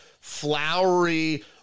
flowery